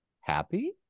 happy